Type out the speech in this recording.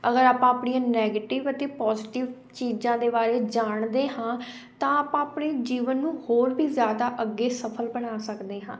ਅਗਰ ਆਪਾਂ ਆਪਣੀਆਂ ਨੈਗੇਟਿਵ ਅਤੇ ਪੋਜੀਟਿਵ ਚੀਜ਼ਾਂ ਦੇ ਬਾਰੇ ਜਾਣਦੇ ਹਾਂ ਤਾਂ ਆਪਾਂ ਆਪਣੇ ਜੀਵਨ ਨੂੰ ਹੋਰ ਵੀ ਜ਼ਿਆਦਾ ਅੱਗੇ ਸਫਲ ਬਣਾ ਸਕਦੇ ਹਾਂ